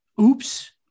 Oops